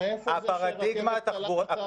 מאיפה בא המהירות שהיא פחות מחמישה קמ"ש?